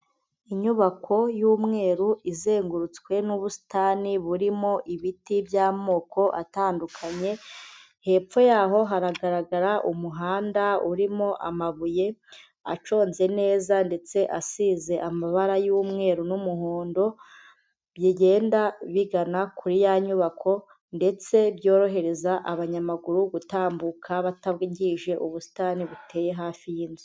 Inyubako y'umweru izengurutswe n'ubusitani burimo ibiti by'amoko atandukanye. Hepfo y'aho haragaragara umuhanda urimo amabuye, aconze neza ndetse asize amabara y'umweru n'umuhondo bigenda bigana kuri ya nyubako, ndetse byorohereza abanyamaguru gutambuka batangije ubusitani buteye hafi y'inzu.